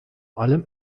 allem